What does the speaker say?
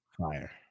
fire